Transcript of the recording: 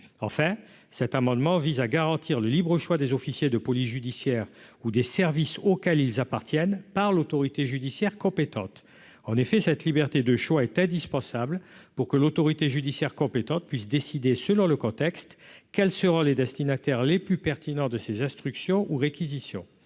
enfin, cet amendement vise à garantir le libre choix des officiers de police judiciaire ou des services auquel ils appartiennent, par l'autorité judiciaire compétente, en effet, cette liberté de choix est indispensable pour que l'autorité judiciaire compétente puisse décider selon le contexte, quelles seront les destinataires les plus pertinents de ses instructions ou réquisition